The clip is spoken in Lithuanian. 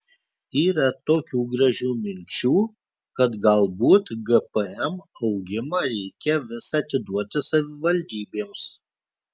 yra tokių gražių minčių kad galbūt gpm augimą reikia visą atiduoti savivaldybėms